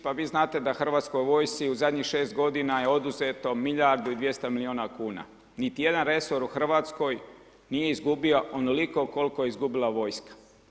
Pa vi znate da Hrvatskoj vojsci u zadnjih šest godina je oduzeto milijardu i 200 milijuna kuna. niti jedan resor u Hrvatskoj nije izgubio onoliko koliko je izgubila vojska.